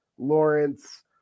Lawrence